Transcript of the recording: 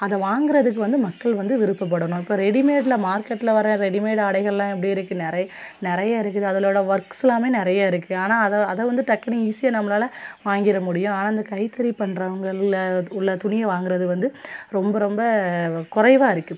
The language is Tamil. அதை வாங்குகிறதுக்கு வந்து மக்கள் வந்து விருப்பப்படணும் இப்போ ரெடிமேடில் மார்க்கெட்டில் வர ரெடிமேட் ஆடைகள்லாம் எப்படி இருக்குது நிறை நிறைய இருக்குது அதுலோட ஒர்க்ஸ்லாமே நிறைய இருக்குது ஆனால் அதை அதை வந்து டக்குன்னு ஈஸியாக நம்மளால் வாங்கிட முடியும் ஆனால் இந்த கைத்தறி பண்றவங்கள் உள்ள துணியை வாங்குகிறது வந்து ரொம்ப ரொம்ப குறைவா இருக்குது